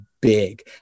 big